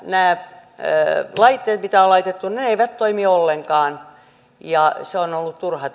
nämä laitteet mitä on laitettu eivät toimi ollenkaan ja tämä sijoitus on ollut turha